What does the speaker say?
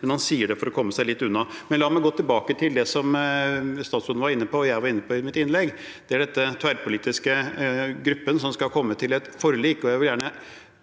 men han sier det for å komme seg litt unna. Men la meg gå tilbake til det som statsråden var inne på, og som jeg var inne på i mitt innlegg: denne tverrpolitiske gruppen som skal komme til et forlik. Jeg vil gjerne